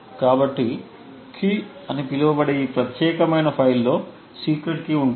కాబట్టి key అని పిలువబడే ఈ ప్రత్యేక ఫైల్లో సీక్రెట్ కీ ఉంటుంది